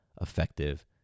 effective